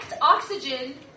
oxygen